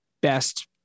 best